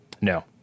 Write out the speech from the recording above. No